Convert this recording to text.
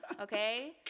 Okay